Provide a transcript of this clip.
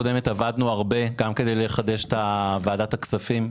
עבדנו הרבה כדי לחדש את ועדת הכספים,